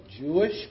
Jewish